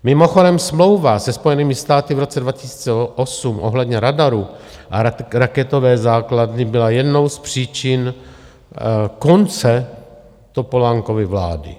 Mimochodem smlouva se Spojenými státy v roce 2008 ohledně radarů a raketové základny byla jednou z příčin konce Topolánkovy vlády.